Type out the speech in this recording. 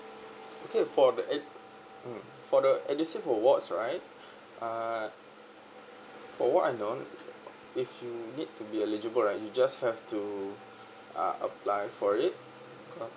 okay for the um for the edusave award right uh for what I known if you need to be eligible right you just have to uh apply for it